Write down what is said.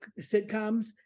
sitcoms